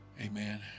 Amen